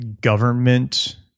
government